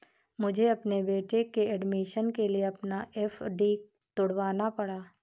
मुझे अपने बेटे के एडमिशन के लिए अपना एफ.डी तुड़वाना पड़ा